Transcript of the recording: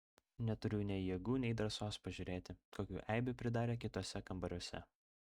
neturiu nei jėgų nei drąsos pažiūrėti kokių eibių pridarė kituose kambariuose